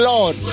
Lord